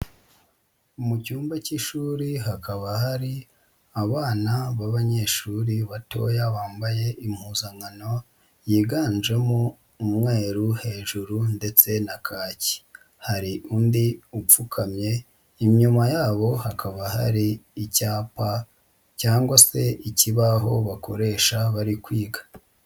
Mu cyumba cy'ishuri hakaba hari abana b'abanyeshuri batoya bambaye impuzankano yiganjemo umweru hejuru ndetse na kaki, hari undi upfukamye inyuma yabo hakaba hari icyapa cyangwa se ikibaho bakoresha bari kwiga.